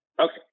Okay